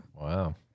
Wow